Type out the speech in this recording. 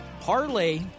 parlay